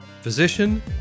physician